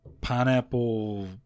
pineapple